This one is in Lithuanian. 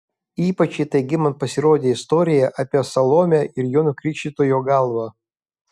ypač įtaigi man pasirodė istorija apie salomę ir jono krikštytojo galvą